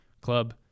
club